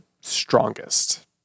strongest